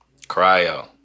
cryo